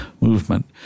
movement